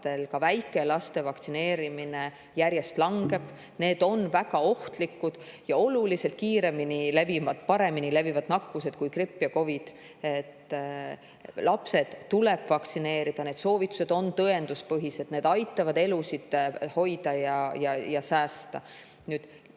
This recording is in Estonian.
ka väikelaste vaktsineerimine järjest langeb. Need on väga ohtlikud ja oluliselt kiiremini levivad, paremini levivad nakkused kui gripp ja COVID. Lapsed tuleb vaktsineerida, need soovitused on tõenduspõhised, see aitab elusid hoida ja säästa. Nüüd,